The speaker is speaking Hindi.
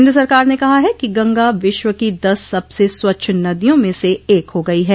केन्द्र सरकार ने कहा है कि गंगा विश्व की दस सबसे स्वच्छ नदियों में से एक हो गई है